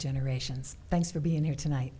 generations thanks for being here tonight